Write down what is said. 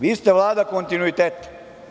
Vi ste Vlada kontinuiteta.